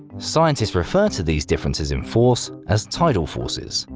scientists refer to these differences in force as tidal forces,